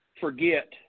forget